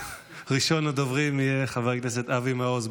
ראשון הדוברים יהיה חבר הכנסת אבי מעוז.